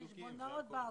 החשבונאות באגודות.